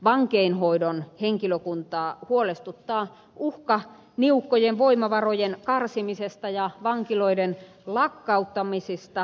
vankeinhoidon henkilökuntaa huolestuttaa uhka niukkojen voimavarojen karsimisesta ja vankiloiden lakkauttamisista